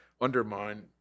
undermine